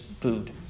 food